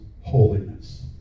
holiness